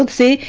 and se